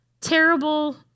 terrible